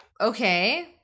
Okay